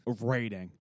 Rating